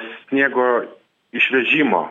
sniego išvežimo